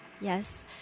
Yes